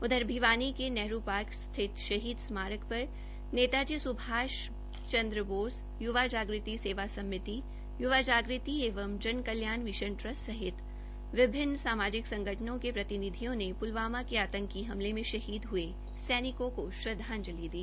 उधर भिवानी के नेहरू पार्क स्थित शहीद स्मारक पर नेता जी सभाष बोस युवा जागृत सेवा समिति युवा जागृति एवं जन कल्याण मिशन ट्रस्ट सहित विभिन्न सामाजिक संगठनों के प्रतिनिधियों ने पुलवामा के आतंकी हमले में शहीद हये सैनिकों को श्रद्वांजलि दी